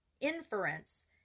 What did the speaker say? inference